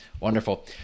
Wonderful